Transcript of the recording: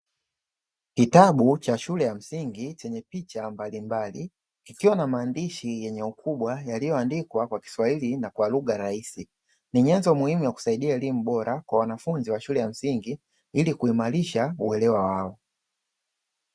Kitabu cha shule ya msingi chenye picha mbalimbali kikiwa na maandishi yenye ukubwa yakiyoandikwa kwa kiswahili na kwa lugha rahisi, ni nyenzo muhimu ya kusaidia elimu bora kwa wanafunzi wa shule ya msingi ili kuimarisha uelewa wao.